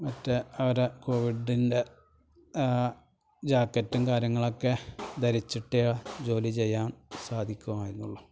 മറ്റ് അവരെ കോവിഡിന്റെ ജാക്കറ്റും കാര്യങ്ങളൊക്കെ ധരിച്ചിട്ടേ ജോലി ചെയ്യാം സാധിക്കുമായിരുന്നുള്ളൂ